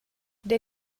der